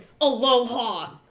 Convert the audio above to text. Aloha